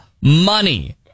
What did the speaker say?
money